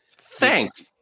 Thanks